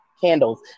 candles